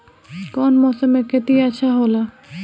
कौन मौसम मे खेती अच्छा होला?